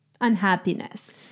unhappiness